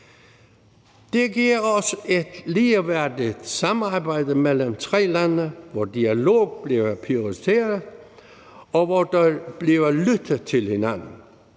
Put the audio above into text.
Det giver os et ligeværdigt samarbejde mellem tre lande, hvor dialog bliver prioriteret, og hvor der bliver lyttet til hinanden.